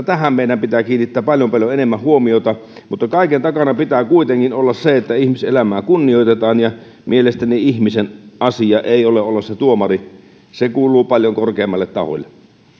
tähän meidän pitää kiinnittää paljon paljon enemmän huomiota mutta kaiken takana pitää kuitenkin olla se että ihmiselämää kunnioitetaan ja mielestäni ihmisen asia ei ole olla se tuomari se kuuluu paljon korkeammille tahoille